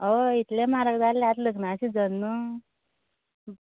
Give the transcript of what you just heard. हय इतलें म्हारग जालां आतां लग्ना सिजन न्हय